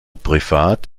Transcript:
privat